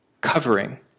covering